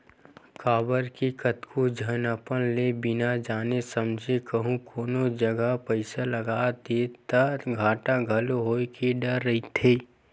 काबर के कतको झन अपन ले बिना जाने समझे कहूँ कोनो जगा पइसा लगा देथे ता घाटा घलो होय के डर रहिथे